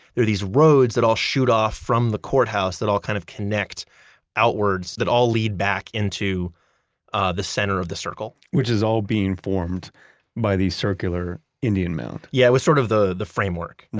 there are these roads that all shoot off from the courthouse that all kind of connect outwards, that all lead back into ah the center of the circle which, is all being formed by these circular indian mounds yes, yeah it was sort of the the framework.